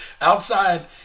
outside